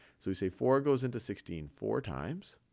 so we say four goes into sixteen four times.